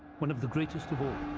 one of the greatest of all.